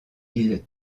îles